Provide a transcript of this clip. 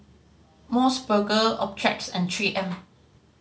Mos Burger Optrex and Three M